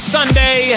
Sunday